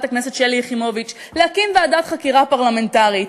הכנסת שלי יחימוביץ להקים ועדת חקירה פרלמנטרית.